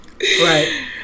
right